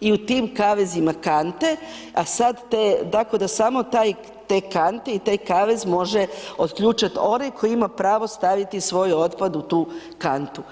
i u tim kavezima kante, a sad te, tako da samo taj, te kante i taj kavez, može otključati onaj tko ima pravo staviti svoj otpad u tu kantu.